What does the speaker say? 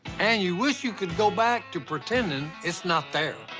and you wish you could go back to pretending it's not there.